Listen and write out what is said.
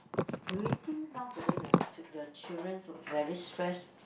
do you think nowadays the c~ the children very stressed